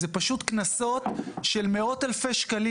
אלה פשוט קנסות של מאות אלפי שקלים